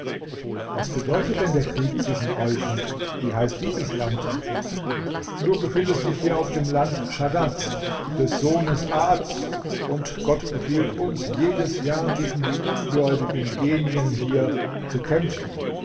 was bedeutet denn der krieg zwischen euch und wie heißt dieses land du befindest dich hier auf dem land schaddads des sohnes aads und gott befiehlt uns jedes jahr gegen die ungläubigen genien hier zu kämpfen